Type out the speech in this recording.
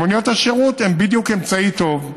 מוניות השירות הם בדיוק אמצעי טוב.